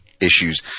issues